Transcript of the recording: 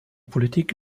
politik